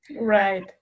right